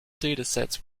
datasets